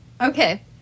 Okay